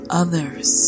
others